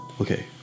okay